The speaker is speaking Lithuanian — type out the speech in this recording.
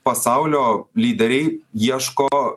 pasaulio lyderiai ieško